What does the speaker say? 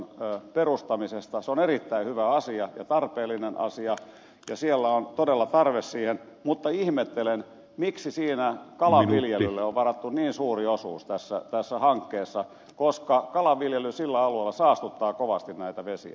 se on erittäin hyvä asia ja tarpeellinen asia ja siellä on todella tarve siihen mutta ihmettelen miksi siinä kalanviljelylle on varattu niin suuri osuus tässä hankkeessa koska kalanviljely sillä alueella saastuttaa kovasti näitä vesiä